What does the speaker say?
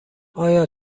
آیا